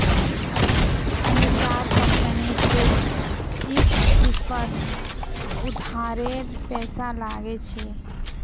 अनीशार कंपनीत पैंतीस फीसद उधारेर पैसा लागिल छ